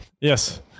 Yes